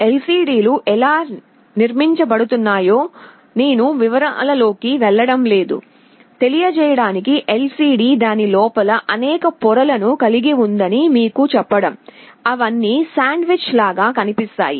LCD లు ఎలా నిర్మించబడుతున్నాయో నేను వివరాలలోకి వెళ్ళడం లేదు తెలియజేయడానికి LCD దాని లోపల అనేక పొరలను కలిగి ఉందని మీకు చెప్పడం అవన్నీ శాండ్విచ్ లాగా కనిపిస్తాయి